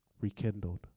rekindled